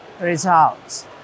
results